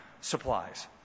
supplies